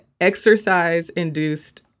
exercise-induced